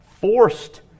forced